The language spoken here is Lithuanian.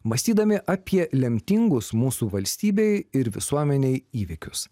mąstydami apie lemtingus mūsų valstybei ir visuomenei įvykius